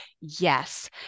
yes